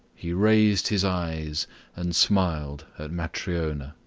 he raised his eyes and smiled at matryona.